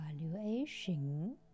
evaluation